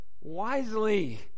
wisely